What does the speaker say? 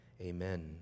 Amen